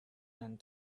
and